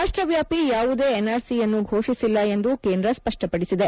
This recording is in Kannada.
ರಾಷ್ಟವ್ಯಾಪಿ ಯಾವುದೇ ಎನ್ಆರ್ಸಿಯನ್ನು ಫೋಷಿಸಿಲ್ಲ ಎಂದು ಕೇಂದ್ರ ಸ್ಪಷ್ವಪದಿಸಿದೆ